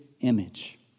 image